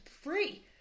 free